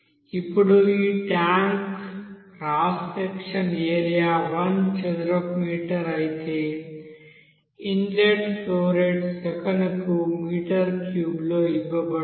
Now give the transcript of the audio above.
ఇప్పుడు ఈ tank cross sectional area 1 చదరపు మీటర్ అయితే ఇన్లెట్ ఫ్లో రేట్ సెకనుకు మీటర్ క్యూబ్లో ఇవ్వబడుతుంది